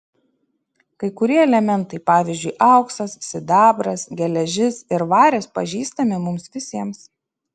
kai kurie elementai pavyzdžiui auksas sidabras geležis ir varis pažįstami mums visiems